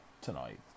tonight